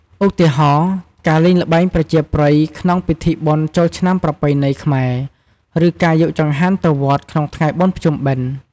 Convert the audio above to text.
ឧទាហរណ៍ ការលេងល្បែងប្រជាប្រិយក្នុងពិធីបុណ្យចូលឆ្នាំប្រពៃណីខ្មែរ ឬការយកចង្ហាន់ទៅវត្តក្នុងថ្ងៃបុណ្យភ្ជុំបិណ្ឌ ។